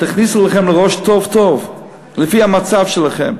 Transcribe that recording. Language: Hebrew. תכניסו לכם לראש טוב-טוב, לפי המצב שלכם.